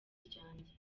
ryanjye